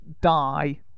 die